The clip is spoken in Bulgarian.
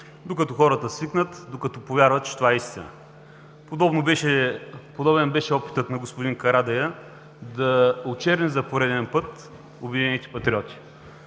докато хората свикнат, докато повярват, че това е истина. Подобен беше опитът на господин Карадайъ да очерни за пореден път „Обединените патриоти“.